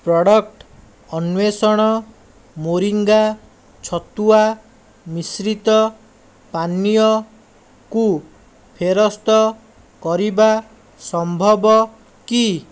product ଅନ୍ଵେଷଣ moringa ଛତୁଆ ମିଶ୍ରିତ ପାନିୟକୁ ଫେରସ୍ତ କରିବା ସମ୍ଭବ କି